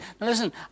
listen